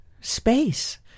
space